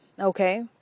Okay